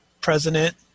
President